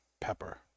pepper